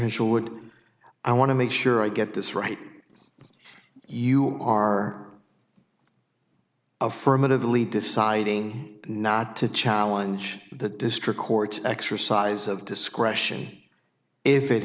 initial would i want to make sure i get this right you are affirmatively deciding not to challenge the district court's exercise of discretion if it